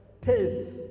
taste